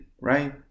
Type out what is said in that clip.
Right